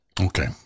Okay